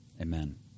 Amen